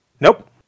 Nope